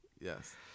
yes